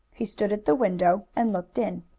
he stood at the window and looked in.